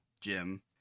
Jim